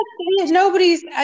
nobody's